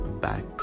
back